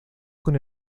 con